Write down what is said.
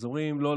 אומרים: לא,